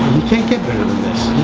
can't get better than this.